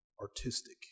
artistic